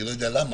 אני לא יודע למה,